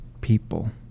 people